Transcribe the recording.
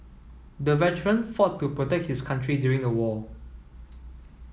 the veteran fought to protect his country during the war